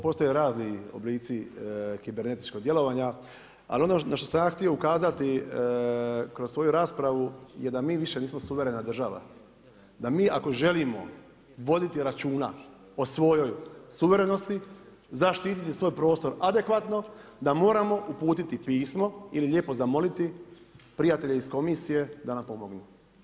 Postoje razini oblici kibernetičkog djelovanja, ali ono na što sam ja htio ukazati kroz svoju raspravu je da mi više nismo suvremena država, da mi ako želimo voditi računa o svojoj suverenosti, zaštiti svoj prostor adekvatno da moramo uputiti pismo ili lijepo zamoliti prijatelje iz komisije da nam pomognu.